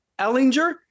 Ellinger